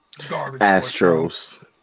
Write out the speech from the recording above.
Astros